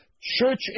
church